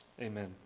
amen